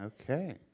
okay